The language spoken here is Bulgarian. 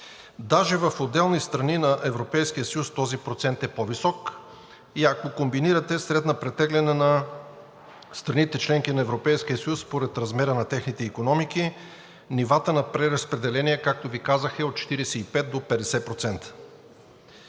Даже в отделни страни на Европейския съюз този процент е по-висок и ако комбинирате средна претеглена на страните – членки на Европейския съюз, според размера на техните икономики, нивата на преразпределение, както Ви казах, е от 45 до 50%.